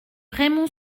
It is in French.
raymond